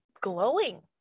glowing